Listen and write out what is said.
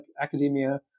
academia